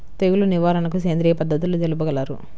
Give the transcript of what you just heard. తెగులు నివారణకు సేంద్రియ పద్ధతులు తెలుపగలరు?